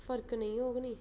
फर्क निं होर निं